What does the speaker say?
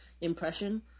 impression